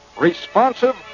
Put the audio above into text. Responsive